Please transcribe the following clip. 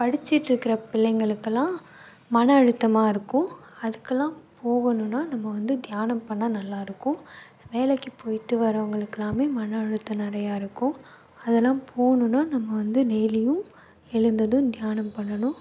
படிச்சிகிட்ருக்குற பிள்ளைங்களுக்கலாம் மன அழுத்தமாக இருக்கும் அதுக்குலாம் போகணும்னா நம்ம வந்து தியானம் பண்ணிணா நல்லா இருக்கும் வேலைக்கு போய்ட்டு வரவங்களுக்கலாமே மன அழுத்தம் நிறையா இருக்கும் அதெலாம் போணும்னா நம்ம வந்து டெய்லியும் எழுந்ததும் தியானம் பண்ணணும்